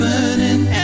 Burning